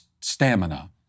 stamina